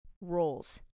roles